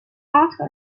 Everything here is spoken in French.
entre